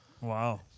Wow